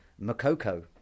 Makoko